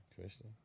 Christian